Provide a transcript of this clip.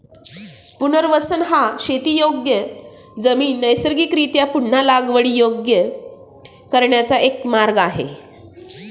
पुनर्वसन हा शेतीयोग्य जमीन नैसर्गिकरीत्या पुन्हा लागवडीयोग्य करण्याचा एक मार्ग आहे